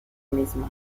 misma